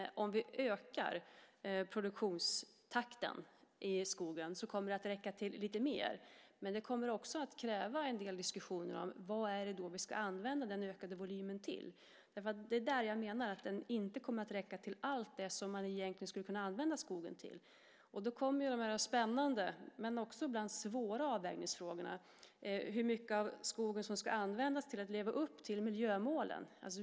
Om vi ökar produktionstakten i skogen kommer den att räcka till lite mer, men det kommer också att kräva en del diskussioner om vad vi ska använda den ökade volymen till. Det är där jag menar att den inte kommer att räcka till allt det som man egentligen skulle kunna använda skogen till. Då kommer de här spännande men också ibland svåra avvägningsfrågorna, hur mycket av skogen som ska användas till att leva upp till miljömålen.